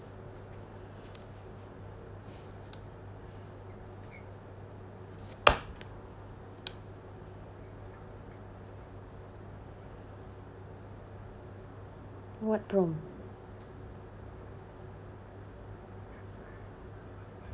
what prompt